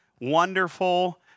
wonderful